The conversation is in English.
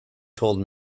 told